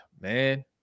man